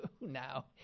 now